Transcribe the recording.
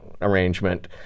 arrangement